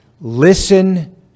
Listen